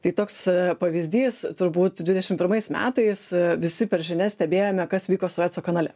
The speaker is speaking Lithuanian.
tai toks pavyzdys turbūt dvidešim pirmais metais visi per žinias stebėjome kas vyko sueco kanale